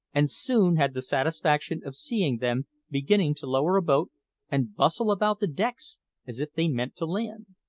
and soon had the satisfaction of seeing them beginning to lower a boat and bustle about the decks as if they meant to land.